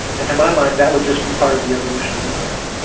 and to my mind that would just be part of the evolution of email.